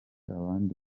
abandi